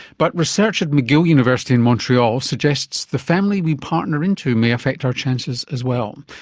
but research at mcgill university in montreal suggests the family we partner into may affect our chances as well.